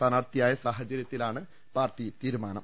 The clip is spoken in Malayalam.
സ്ഥാനാർത്ഥി യായ സാഹചര്യത്തിലാണ് പാർട്ടി തീരുമാനം